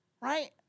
right